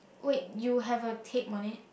wait you have a tape on it